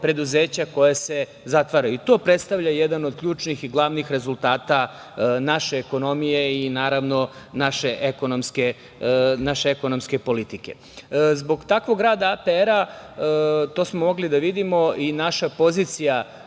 koja se zatvaraju. To predstavlja jedan od ključnih i glavnih rezultata naše ekonomije i naravno naše ekonomske politike. Zbog takvog rada APR, to smo mogli da vidimo, i naša pozicija